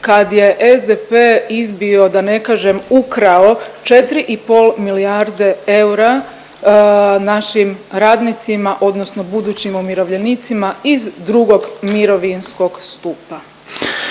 kad je SDP izbio da ne kažem ukrao 4 i pol milijarde eura našim radnicima odnosno budućim umirovljenicima iz II. mirovinskog stupa.